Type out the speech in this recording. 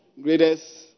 greatest